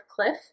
cliff